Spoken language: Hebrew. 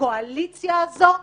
בקואליציה הזאת,